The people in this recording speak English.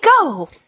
go